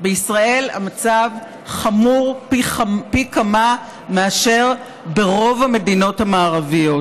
בישראל המצב חמור פי כמה מאשר ברוב המדינות המערביות.